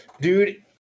Dude